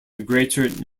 greater